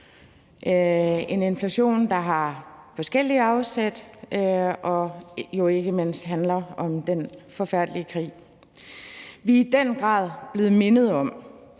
en inflation, som har forskellige afsæt og jo ikke mindst handler om den forfærdelige krig. Vi er i den grad blevet mindet om,